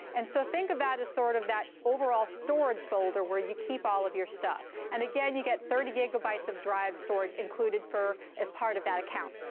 and so think of that as sort of that overall storage folder where you keep all of your stuff. and again, you get thirty gigabytes of drive storage included as part of that account.